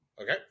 Okay